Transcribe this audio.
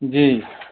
جی